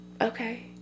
Okay